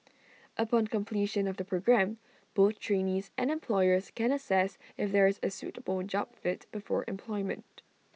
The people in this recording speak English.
upon completion of the programme both trainees and employers can assess if there is A suitable job fit before employment